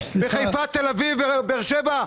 בחיפה, בתל-אביב ובבאר-שבע?